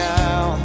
now